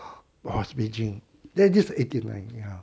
was beijing there just anything like ya